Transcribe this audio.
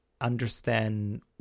understand